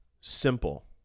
Simple